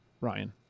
Ryan